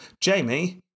Jamie